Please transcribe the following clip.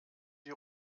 die